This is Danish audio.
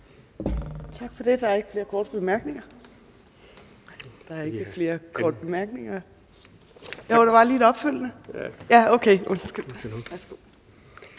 Tak. Der er ikke flere korte bemærkninger.